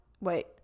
wait